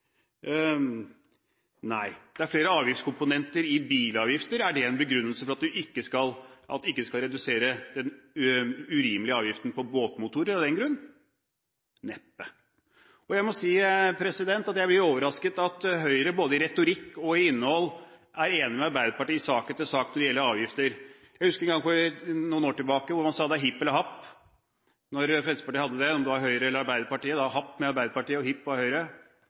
Nei. Det er flere avgiftskomponenter i bilavgifter. Er det en begrunnelse for at man ikke skal redusere den urimelige avgiften på båtmotorer av den grunn? Neppe. Og jeg må si at jeg er overrasket over at Høyre både i retorikk og i innhold er enig med Arbeiderpartiet i sak etter sak når det gjelder avgifter. Jeg husker en gang for noen år tilbake da man sa at det er hipp som happ – når Fremskrittspartiet kom med det. Om det var Høyre eller Arbeiderpartiet: happ med Arbeiderpartiet og hipp med Høyre.